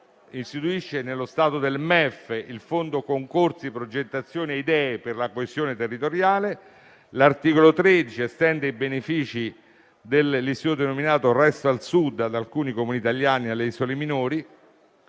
L'articolo 13 estende i benefici dell'istituto denominato "Resto al Sud" ad alcuni Comuni italiani e alle isole minori.